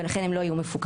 ולכן הם לא יהיו מפוקחים.